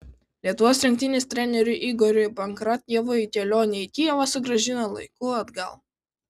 lietuvos rinktinės treneriui igoriui pankratjevui kelionė į kijevą sugrąžino laiku atgal